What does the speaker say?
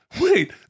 Wait